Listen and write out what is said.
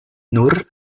nur